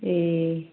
ए